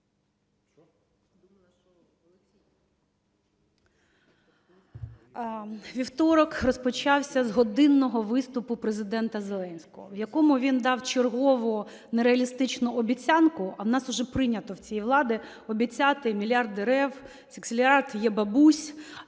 Вівторок розпочався з годинного виступу Президента Зеленського, в якому він дав чергову нереалістичну обіцянку, а в нас уже прийнято в цієї влади обіцяти мільярд дерев, секстильярд єБабусь,